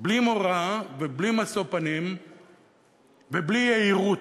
בלי מורא ובלי משוא פנים ובלי יהירות.